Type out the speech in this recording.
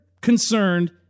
concerned